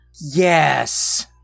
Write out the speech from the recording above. Yes